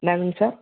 என்னங்க சார்